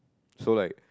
so like